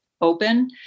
open